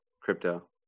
crypto